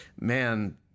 man